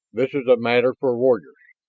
this is a matter for warriors.